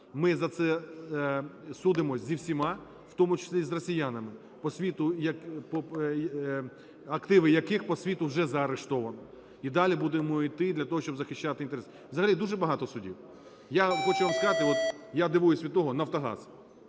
Ми за це судимося з усіма, в тому числі з росіянами, по світу… активи яких по світу вже заарештовано, і далі будемо йти для того, щоб захищати інтереси. Взагалі дуже багато судів. Я хочу вам сказати, от я дивуюся від того: "Нафтогаз",